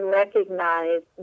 recognize